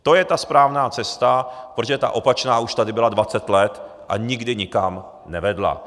To je ta správná cesta, protože ta opačná už tady byla dvacet let a nikdy nikam nevedla.